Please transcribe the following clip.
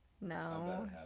No